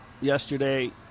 yesterday